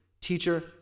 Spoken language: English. Teacher